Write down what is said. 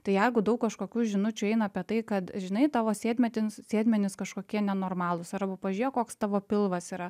tai jeigu daug kažkokių žinučių eina apie tai kad žinai tavo sėdmetys sėdmenys kažkokie nenormalūs arba pažiūrėk koks tavo pilvas yra